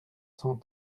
cent